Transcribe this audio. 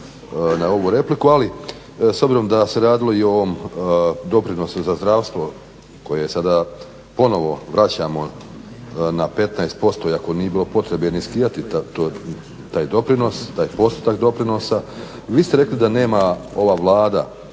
na ovu repliku, ali s obzirom da se radilo i o ovom doprinosu za zdravstvo koje je sada ponovno vraćamo na 15% iako nije bilo ni potrebe to riskirati taj doprinos, taj postotak doprinosa. Vi ste rekli da nema ova Vlada,